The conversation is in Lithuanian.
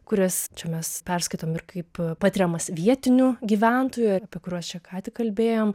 kurias čia mes perskaitom ir kaip patiriamas vietinių gyventojų apie kuriuos čia ką tik kalbėjom